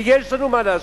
ויש לנו מה להשיב.